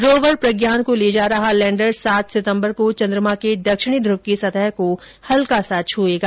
rover Pragyan को ले जा रहा लैंडर सात सितंबर को चंद्रमा के दक्षिणी ध्रव की सतह को हल्का सा छुएगा